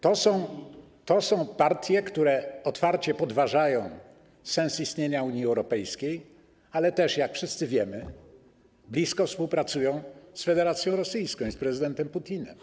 To są partie, które otwarcie podważają sens istnienia Unii Europejskiej, ale też, jak wszyscy wiemy, blisko współpracują z Federacją Rosyjską i z prezydentem Putinem.